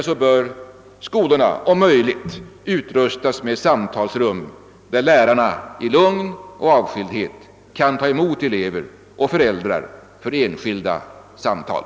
Skolorna bör om möjligt utrustas med samtalsrum där lärarna i lugn och avskildhet kan ta emot elever och föräldrar för enskilda samtal.